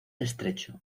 estrecho